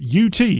UT